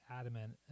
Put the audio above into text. adamant